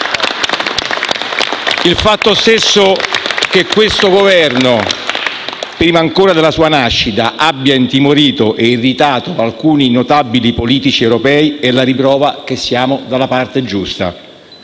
Il fatto stesso che questo Governo, prima ancora della sua nascita, abbia intimorito e irritato alcuni notabili politici europei è la riprova che siamo dalla parte giusta,